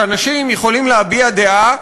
שאנשים יכולים להביע דעה,